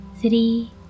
three